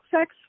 sex